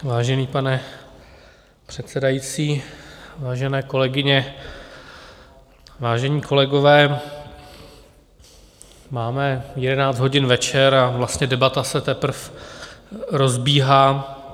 Vážený pane předsedající, vážené kolegyně, vážení kolegové, máme jedenáct hodin večer a vlastně debata se teprve rozbíhá.